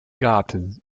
garten